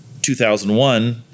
2001